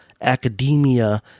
academia